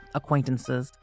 acquaintances